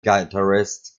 guitarist